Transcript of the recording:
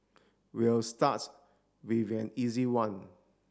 we'll starts with an easy one